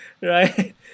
right